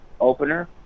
Opener